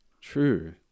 True